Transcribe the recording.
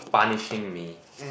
punishing me